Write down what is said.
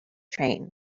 train